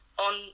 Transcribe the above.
on